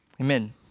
Amen